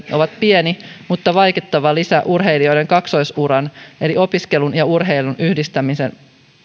ne ovat pieni mutta vaikuttava lisä urheilijoiden kaksoisuran eli opiskelun ja urheilun yhdistämisen